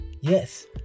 Yes